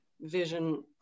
vision